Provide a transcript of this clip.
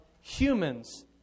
humans